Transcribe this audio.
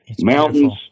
mountains